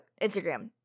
Instagram